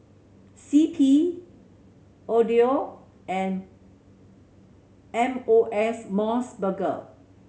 C P Odlo and M O S More Burger